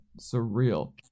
surreal